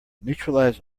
neutralize